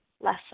less